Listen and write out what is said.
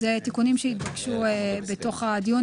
אלה תיקונים שהתבקשו בתוך הדיון.